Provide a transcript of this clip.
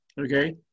okay